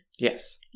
Yes